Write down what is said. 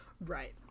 Right